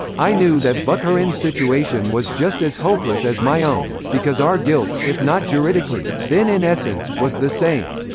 i knew that bukharin's situation was just as hopeless as my own, because our guilt, if not juridically, then in essence, was the same.